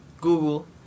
Google